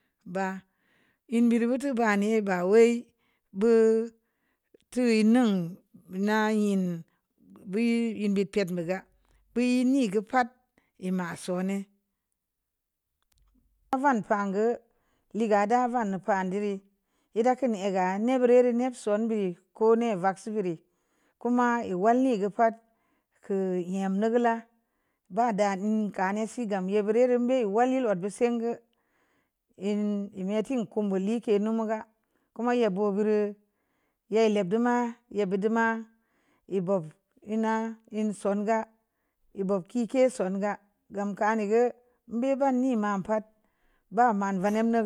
Ba'a ən buri kutu ba ne’ ba waii buo’ tu'un nneŋ na ən buyii əm be’ pe'at bu ga buyii ne’ gə pa'at e’ ma sone’ van pan gə lee’ gada van pan dee’ rii yee’ da kən a ga ne’ bure're ne'p son be’ ko'o ne’ vaksi burii koma uwal ne’ gə pa'at kə nyem nugu la ba dang kane’ si gam bure’ reu mbe’ wal yel odd be’ sangə yenŋ e’ me’ te kum buli ke’ numu gə koma ya bugureu ye’ le'p dama'a yee bu doma'a e’ bo'obənŋ ən so'on gə e’ buk kii ke’ songə gan ka ni gə mbe’ ban ne’ ma pa'at ba maŋ vaneb nu.